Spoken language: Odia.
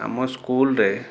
ଆମ ସ୍କୁଲରେ